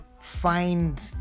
find